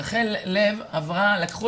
רחל לב לקחה